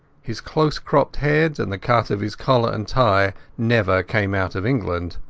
his close-cropped head and the cut of his collar and tie never came out of england.